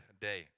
day